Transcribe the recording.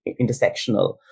intersectional